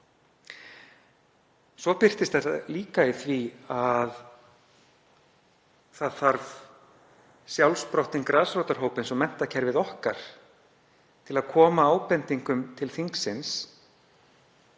Það birtist líka í því að það þarf sjálfsprottinn grasrótarhóp eins og Menntakerfið okkar til að koma ábendingum til þingsins